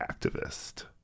activist